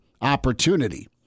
opportunity